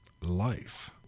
life